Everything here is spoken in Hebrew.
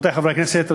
רבותי חברי הכנסת,